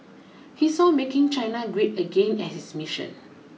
he saw making China great again as his mission